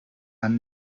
and